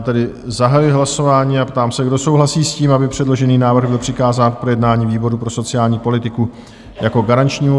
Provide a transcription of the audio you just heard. Tedy zahajuji hlasování a ptám se, kdo souhlasí s tím, aby předložený návrh byl přikázán k projednání výboru pro sociální politiku jako výboru garančnímu?